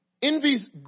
Envy's